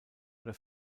oder